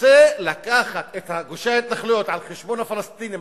רוצה לקחת את גושי ההתנחלויות על חשבון הפלסטינים,